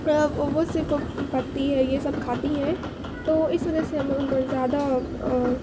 وہ صرف پتی ہے یہ سب کھاتی ہیں تو اس وجہ سے ہمیں ان پر زیادہ